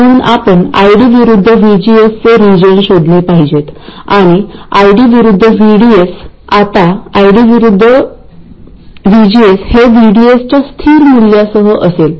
म्हणून ID खूपच कमी असल्यास तो वाढतो आपल्याला हे जाणवले आहे की जर ID खूपच लहान असेल तर आपल्याला गेट व्होल्टेज वाढवावे लागेल